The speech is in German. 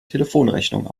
telefonrechnung